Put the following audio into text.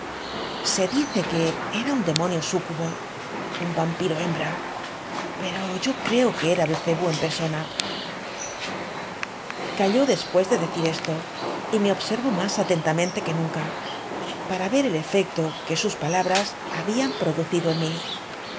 se dice que era un demonio súcubo ua vampiro hembra pero yo creo que era belcebub en persona calló después de decir esto y me observó más atentamente que nunca para ver el efecto que sus palabras hablan producido en túí